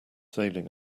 sailing